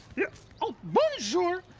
yeah oh, bonjour,